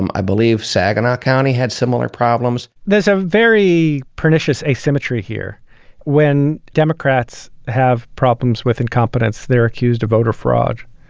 um i believe saginaw county had similar problems there's a very pernicious asymmetry here when democrats have problems with incompetence. they're accused of voter fraud.